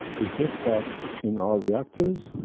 it's just that in our reactors,